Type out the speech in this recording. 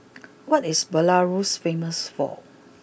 what is Belarus famous for